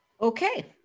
Okay